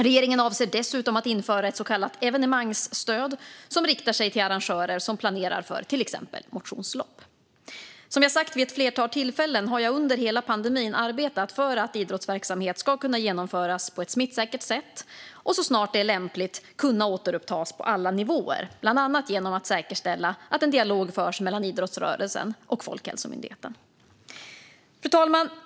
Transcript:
Regeringen avser dessutom att införa ett så kallat evenemangsstöd som riktar sig till arrangörer som planerar för till exempel motionslopp. Som jag sagt vid ett flertal tillfällen har jag under hela pandemin arbetat för att idrottsverksamhet ska kunna genomföras på ett smittsäkert sätt och så snart det är lämpligt kunna återupptas på alla nivåer, bland annat genom att säkerställa att en dialog förs mellan idrottsrörelsen och Folkhälsomyndigheten. Fru talman!